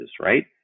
right